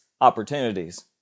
opportunities